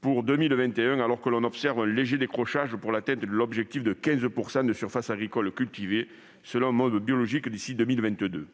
pour 2021, alors que l'on observe un léger décrochage dans le cadre de l'objectif de 15 % de surfaces agricoles cultivées selon un mode biologique d'ici à 2022.